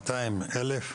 ב-200, ב-1,000?